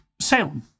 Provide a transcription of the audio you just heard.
Salem